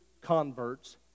converts